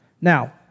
Now